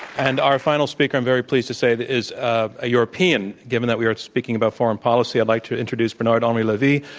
and our final speaker i'm very pleased to say is a european, given that we are speaking about foreign policy, i'd like to introduce bernard-henri levy,